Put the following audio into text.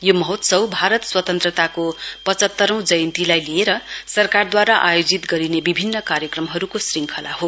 यो महात्सव भारत स्वतन्त्रताको पचहतरौं जयन्तीलाई लिएर सरकारद्वारा आयोजित गरिने विभिन्न कार्यक्रमहरूको ऋङ्खला हो